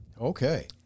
Okay